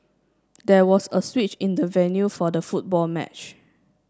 there was a switch in the venue for the football match